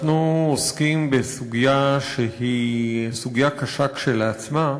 אנחנו עוסקים בסוגיה שהיא סוגיה קשה כשלעצמה,